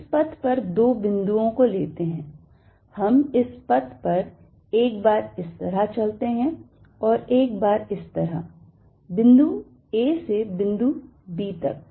इस पथ पर दो बिंदुओं को लेते हैं हम इस पथ पर एक बार इस तरह चलते हैं और एक बार इस तरह बिंदु A से बिंदु B तक